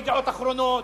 לא "ידיעות אחרונות",